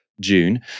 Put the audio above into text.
June